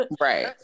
Right